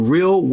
Real